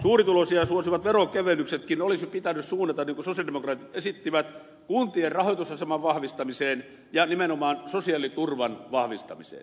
suurituloisia suosivat veronkevennyksetkin olisi pitänyt suunnata niin kuin sosialidemokraatit esittivät kuntien rahoitusaseman vahvistamiseen ja nimenomaan sosiaaliturvan vahvistamiseen